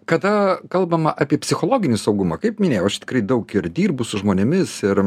kada kalbama apie psichologinį saugumą kaip minėjau aš tikrai daug ir dirbu su žmonėmis ir